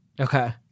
Okay